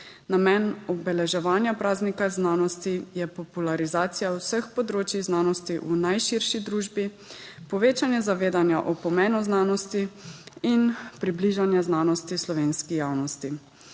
Namen obeleževanja praznika znanosti je popularizacija vseh področij znanosti v najširši družbi, povečanje zavedanja o pomenu znanosti in približanja znanosti slovenski javnosti.